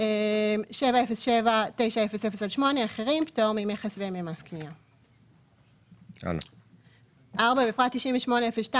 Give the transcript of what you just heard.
נוזל בתוכה₪ למ"ל 707900/8אחרים מכס פטורמס קנייה פטור בפרט 98.02,